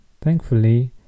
Thankfully